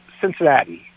Cincinnati